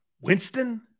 Winston